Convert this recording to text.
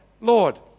Lord